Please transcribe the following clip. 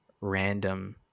random